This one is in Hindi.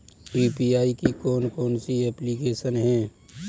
यू.पी.आई की कौन कौन सी एप्लिकेशन हैं?